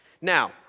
Now